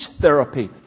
therapy